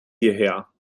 hierher